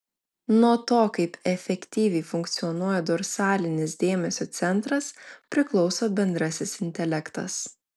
nuo to kaip efektyviai funkcionuoja dorsalinis dėmesio centras priklauso bendrasis intelektas